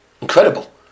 Incredible